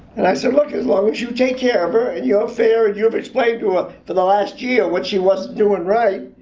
and i said, look, as long as you take care of her and you're fair, and you've explained to ah for the last year what she wasn't doing right,